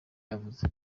yavuze